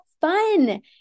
fun